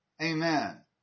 Amen